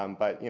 um but, you